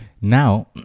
now